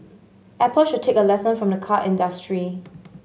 Apple should take a lesson from the car industry